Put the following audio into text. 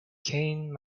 cain